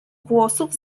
włosów